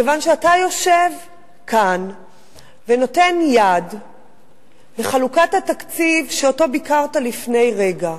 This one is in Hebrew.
מכיוון שאתה יושב כאן ונותן יד לחלוקת התקציב שאותו ביקרת לפני רגע.